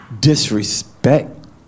disrespect